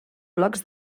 blocs